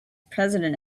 president